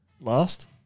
last